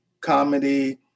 comedy